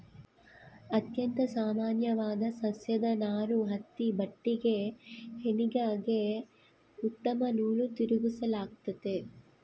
ಅತ್ಯಂತ ಸಾಮಾನ್ಯವಾದ ಸಸ್ಯದ ನಾರು ಹತ್ತಿ ಬಟ್ಟೆಗೆ ಹೆಣಿಗೆಗೆ ಉತ್ತಮ ನೂಲು ತಿರುಗಿಸಲಾಗ್ತತೆ